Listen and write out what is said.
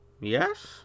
Yes